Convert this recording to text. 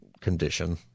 condition